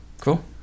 Cool